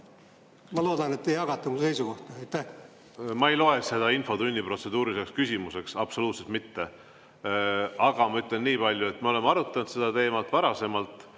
Ma loodan, et te jagate minu seisukohta. Ma ei loe seda infotunni protseduuriliseks küsimuseks, absoluutselt mitte. Aga ma ütlen niipalju, et me oleme varem seda teemat arutanud.